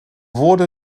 wurde